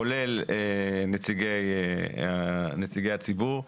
כולל נציגי הציבור,